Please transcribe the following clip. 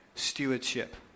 stewardship